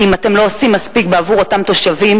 כי אם אתם לא עושים מספיק עבור אותם תושבים,